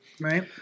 Right